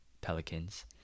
Pelicans